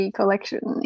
collection